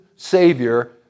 Savior